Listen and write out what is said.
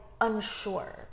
unsure